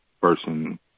person